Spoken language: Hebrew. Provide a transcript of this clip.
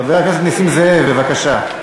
חבר הכנסת נסים זאב, בבקשה.